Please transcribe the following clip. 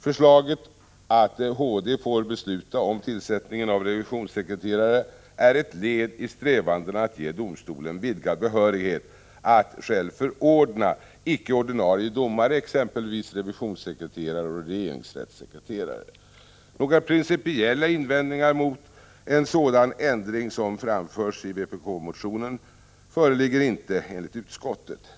Förslaget att HD får besluta om tillsättningen av revisionssekreterare är ett led i strävandena att ge domstolarna vidgad behörighet att själva förordna icke ordinarie domare, exempelvis revisionssekreterare och regeringsrättssekreterare. Några principiella invändningar mot en sådan ändring som framförs i vpk-motionen föreligger inte enligt utskottet.